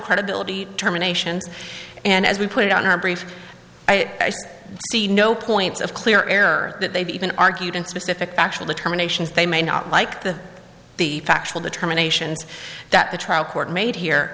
credibility terminations and as we put it on our brief i see no points of clear error that they've even argued in specific factual determinations they may not like the the factual determinations that the trial court made here